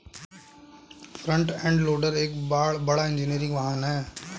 front end loader एक बड़ा engineering वाहन है